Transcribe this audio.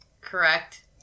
correct